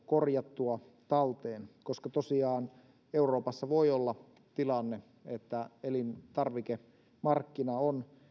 korjattua talteen koska tosiaan euroopassa voi olla tilanne että elintarvikemarkkina on